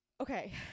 Okay